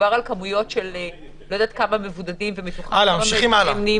כשמדובר בכמויות של מספר מבודדים בודדים שמתוכם נהיים מאומתים,